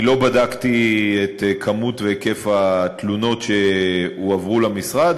אני לא בדקתי את כמות והיקף התלונות שהועברו למשרד.